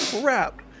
crap